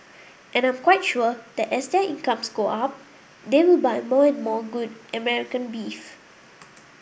and I am quite sure that as their incomes go up they will buy more and more good American beef